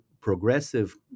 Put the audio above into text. progressive